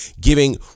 giving